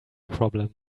problem